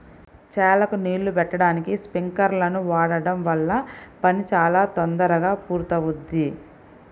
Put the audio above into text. చేలకు నీళ్ళు బెట్టడానికి స్పింకర్లను వాడడం వల్ల పని చాలా తొందరగా పూర్తవుద్ది